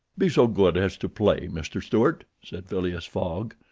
be so good as to play, mr. stuart, said phileas fogg.